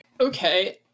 Okay